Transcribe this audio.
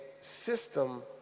system